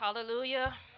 hallelujah